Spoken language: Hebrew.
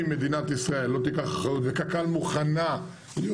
אם מדינת ישראל לא תיקח אחריות וקק"ל מוכנה להיות